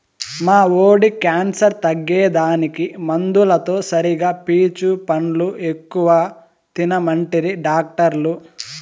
మా వోడి క్యాన్సర్ తగ్గేదానికి మందులతో సరిగా పీచు పండ్లు ఎక్కువ తినమంటిరి డాక్టర్లు